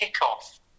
kickoff